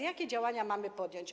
Jakie działania mamy podjąć?